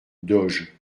doge